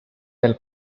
del